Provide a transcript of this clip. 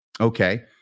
okay